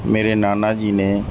ਮੇਰੇ ਨਾਨਾ ਜੀ ਨੇ